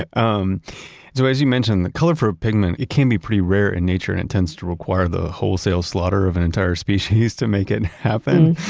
um so as you mentioned, the color for pigment, it can be pretty rare in nature and intends to require the wholesale slaughter of an entire species to make it happen,